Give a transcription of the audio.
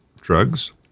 drugs